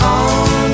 on